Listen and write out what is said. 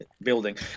Building